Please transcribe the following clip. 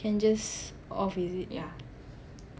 can just off is it